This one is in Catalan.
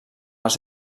els